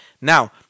now